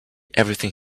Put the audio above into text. everything